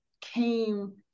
came